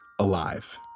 alive